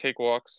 cakewalks